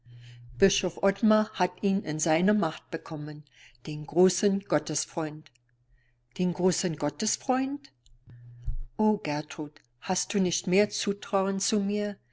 bischof ottmar hat ihn in seine macht bekommen den großen gottesfreund den großen gottesfreund o gertrud hast du nicht mehr zutrauen zu mir